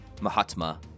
Mahatma